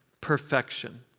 perfection